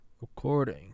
recording